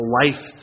life